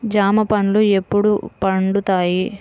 జామ పండ్లు ఎప్పుడు పండుతాయి?